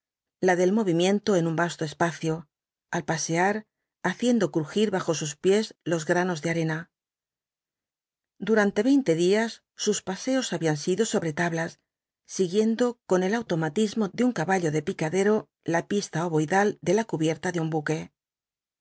olvidadala del movimiento en un vasto espacio al pasear haciendo crujir bajo sus pies los granos de arena durante veinte días sus paseos habían sido sobre tablas siguiendo con el automatismo de un caballo de picadero la pista ovoidal de la cubierta de un buque